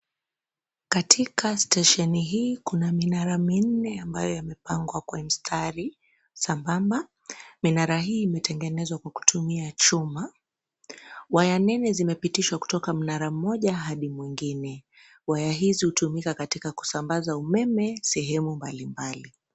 Katika stesheni hii kuna minara minne ambayo yamepangwa kwa mstari, sambamba, minara hii imetengezwa kwa kutumia chuma, waya nene zimepitishwa kutoka mnara mmoja hadi mwingine, waya hizi hutumika katika kusambaza umeme sehemu mbalimbali.